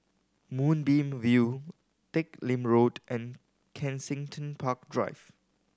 Moonbeam View Teck Lim Road and Kensington Park Drive